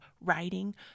writing